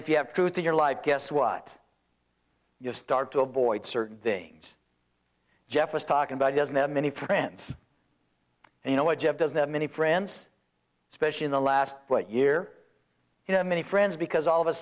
if you have truth in your life guess what you start to avoid certain things jeff was talking about he doesn't have many friends and you know what jeff doesn't have many friends especially in the last what year you know many friends because all of a